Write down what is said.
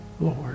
Lord